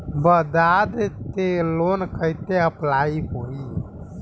बजाज से लोन कईसे अप्लाई होई?